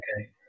Okay